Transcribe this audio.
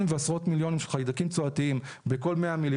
ועשרות מיליונים של חיידקים צואתיים בכל 100 מ"מ,